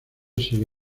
sigue